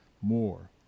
more